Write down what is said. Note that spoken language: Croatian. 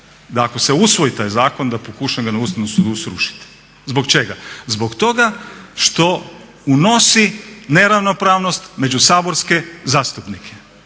da ako se usvoji taj zakon da pokušam ga na Ustavnom sudu srušiti. Zbog čega? Zbog toga što unosi neravnopravnost među saborske zastupnike.